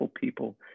people